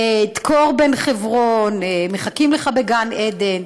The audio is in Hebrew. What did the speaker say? "דקור בן חברון"; "מחכים לך בגן-עדן".